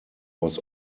was